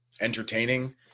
entertaining